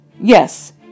Yes